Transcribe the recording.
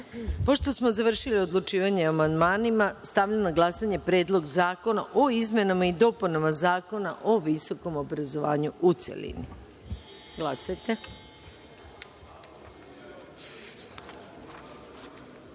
smo završili odlučivanje o amandmanima, stavljam na glasanje Predlog zakona o izmenama i dopunama Zakona o visokom obrazovanju, u celini. Zaključujem